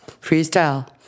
Freestyle